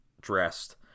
dressed